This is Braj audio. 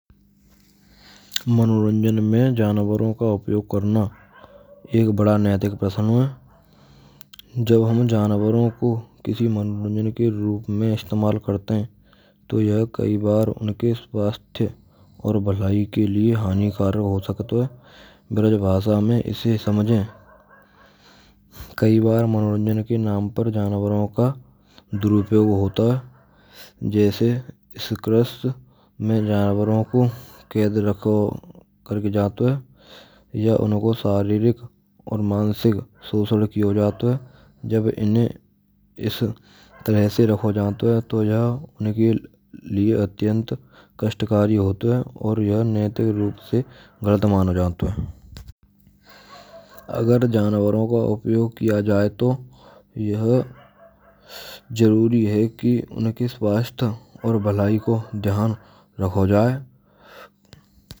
Manoranjan mein janvaron ka upyog karna ek bada naitik prasann ha. Jab hum janvaron ko kisi manoranjan ke roop mein istemal karte hain to yah kai bar unke swasthya aur bhalai ke liye hanikarak ho sakto hai braj bhasha mein ise samjhe. Kayi bar manoranjan ke nam par janvaro ka duruupyog hota ha jaise circuis mein janvaron ko kaid rakho karke jaato ha ya unko sharirik aur mansik shoshan kiyo jato hai. Jab inhen is tarah se rakho jato ha to yha unke liye atyant kashtkari hota hain aur yah naitik roop se galat mano jata hain. Agar janvaron ko upyog kiya jaaye to yah jaruri ha ki unke swasthya aur bhalai ko dhyan rakho jaaye.